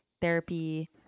therapy